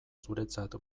zuretzat